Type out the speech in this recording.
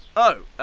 oh,